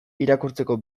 irakurtzeko